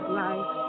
life